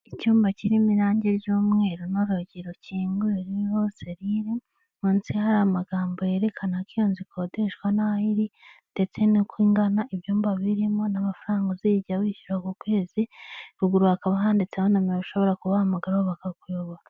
Icyumba kirimo irangi ry'umweru n'urugi rukinguye ruriho serire, munsi hari amagambo yerekana ko iyo nzu ikodeshwa n'aho iri ndetse nuko ingana, ibyumba birimo n'amafaranga uzijya wishyura ku kwezi, ruguru hakaba handitseho nimero ushobora kubahamagaraho bakakuyobora.